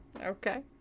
Okay